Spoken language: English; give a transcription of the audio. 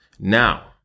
Now